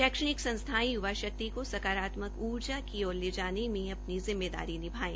शैक्षणिक संस्थाएं यूवा शक्ति को सकारात्मक ऊर्जा की ओर ले जाने में अपनी जिम्मेदारी निभाएं